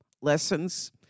lessons